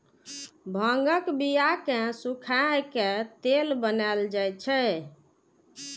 भांगक बिया कें सुखाए के तेल बनाएल जाइ छै